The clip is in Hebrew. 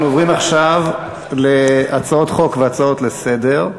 אנחנו עוברים עכשיו להצעות חוק והצעות לסדר.